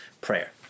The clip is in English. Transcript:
prayer